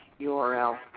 URL